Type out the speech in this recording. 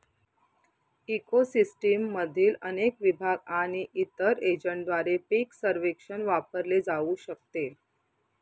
eco सिस्टीममधील अनेक विभाग आणि इतर एजंटद्वारे पीक सर्वेक्षण वापरले जाऊ शकते